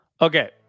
Okay